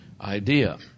idea